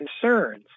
concerns